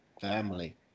Family